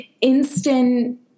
instant